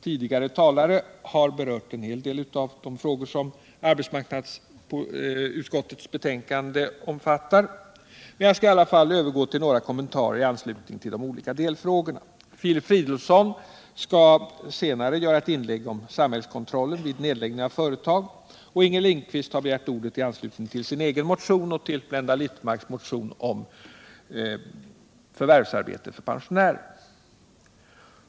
Tidigare talare har berört en hel del av de frågor som arbetsmarknadsutskottets betänkande omfattar, men jag skall i alla fall övergå till några kommentarer i anslutning till de olika delfrågorna. Filip Fridolfsson skall senare göra ett inlägg om samhällskontrollen vid nedläggning av företag, och Inger Lindquist har begärt ordet i anslutning till sin egen motion och till Blenda Littmarcks motion om förvärvsarbete för pensionärer.